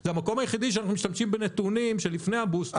זה המקום היחידי שאנחנו משתמשים בנתונים שלפני הבוסטר.